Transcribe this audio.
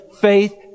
faith